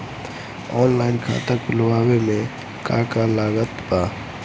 Online खाता खुलवावे मे का का लागत बा?